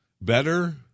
Better